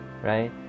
right